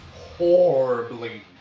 horribly